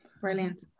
brilliant